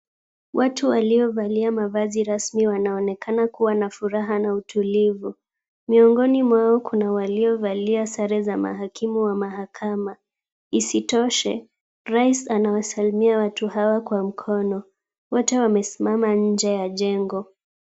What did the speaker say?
Watu waliovalia mavazi rasmi wanaonekana kuwa na furaha na utulivi. Miongoni mwao kuna waliovalia sare za mahakimu wa mahakama. Isitoshe, rais anawasalimia watu hawa kwa mkono. Wote wamesimama nje ya jengo.